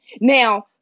Now